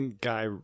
guy